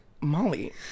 molly